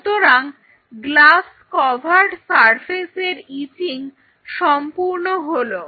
সুতরাং glass cover সারফেসের etching সম্পূর্ণ হলো